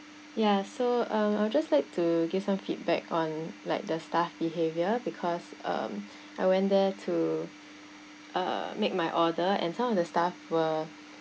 ya so um I'll just like to give them feedback on like the staff behavior because um I went there to uh make my order and some of the staff were